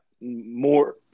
more